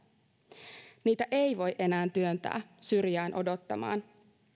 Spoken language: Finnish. täällä niitä ei voi enää työntää syrjään odottamaan